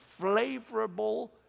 flavorable